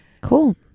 Cool